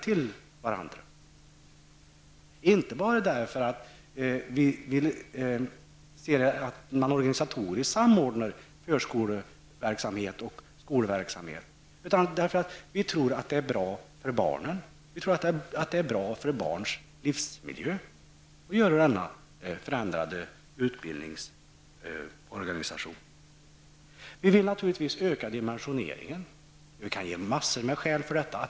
Det är inte bara för att vi vil ha en organisatorisk samordning av förskoleverksamhet och skolverksamhet utan också för att vi tror att det är bra för barnen och deras livsmiljö att genomföra denna förändrade utbildningsorganisation. Vi vill naturligtvis också öka dimensioneringen, och jag kan ge en mängd skäl för detta.